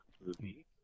movie